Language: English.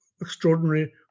extraordinary